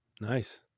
nice